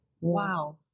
Wow